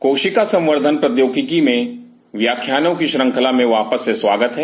कोशिका संवर्धन प्रौद्योगिकी में व्याख्यानों की श्रंखला में वापस से स्वागत है